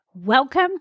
Welcome